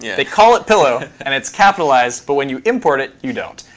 yeah they call it pillow and it's capitalized, but when you import it, you don't.